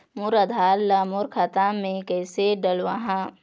मोर आधार ला मोर खाता मे किसे डलवाहा?